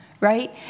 Right